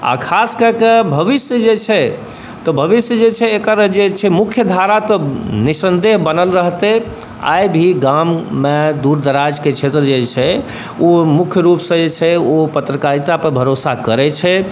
आ खास कऽके भविष्य जे छै तऽ भविष्य जे छै एकर जे छै मुख्य धारा तऽ निःसन्देह बनल रहतै आइ भी गाममे दूर दराजके क्षेत्र जे छै ओ मुख्य रूप से जे छै ओ पत्रकारिता पर भरोसा करै छै